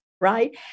right